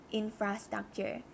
infrastructure